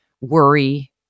worry